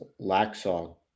Laxaw